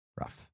rough